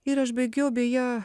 ir aš baigiau beje